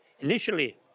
initially